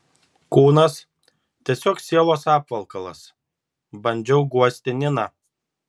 kūnas tiesiog sielos apvalkalas bandžiau guosti niną